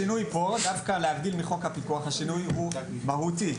דווקא להבדיל מחוק הפיקוח השינוי הוא מהותי,